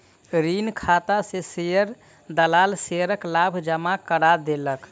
ऋण खाता में शेयर दलाल शेयरक लाभ जमा करा देलक